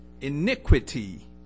iniquity